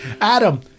Adam